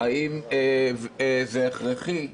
האם זה הכרחי,